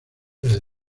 desde